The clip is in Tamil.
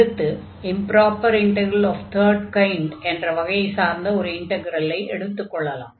அடுத்து improper integral of third kind என்ற வகையைச் சார்ந்த ஒரு இன்டக்ரலை எடுத்துக் கொள்ளலாம்